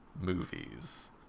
movies